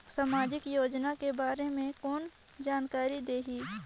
समाजिक योजना के बारे मे कोन जानकारी देही?